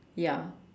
ya